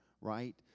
right